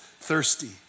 thirsty